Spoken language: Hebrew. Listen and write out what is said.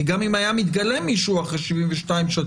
כי גם אם היה מתגלה מישהו אחרי 72 שעות,